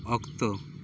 ᱚᱠᱛᱚ